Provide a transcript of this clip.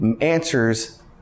answers